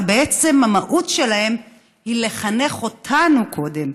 אבל בעצם המהות שלהן היא לחנך אותנו קודם,